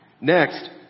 Next